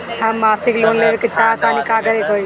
हम मासिक लोन लेवे के चाह तानि का करे के होई?